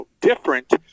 different